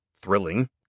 thrilling